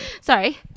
Sorry